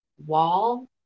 Wall